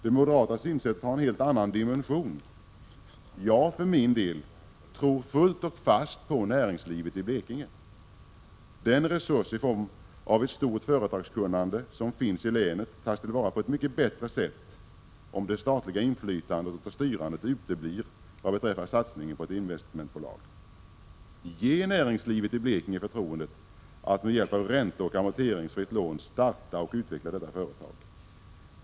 Det moderata synsättet har en helt annan dimension. Jag för min del tror fullt och fast på näringslivet i Blekinge. Den resurs i form av ett stort företagskunnande som finns i länet tas till vara på ett mycket bättre sätt om det statliga inflytandet och styrandet uteblir vad beträffar satsningen på ett investmentbolag. Ge näringslivet i Blekinge förtroendet att med hjälp av ränteoch amorteringsfritt lån starta och utveckla detta företag.